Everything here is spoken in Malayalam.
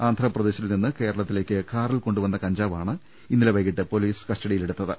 ആന്ധ്ര പ്രദേശിൽ നിന്ന് കേരളത്തിലേക്ക് കാറിൽ കൊണ്ടുവന്ന കഞ്ചാവാണ് ഇന്നലെ വൈകീട്ട് പൊലീസ് കസ്റ്റഡിയി ലെടുത്തത്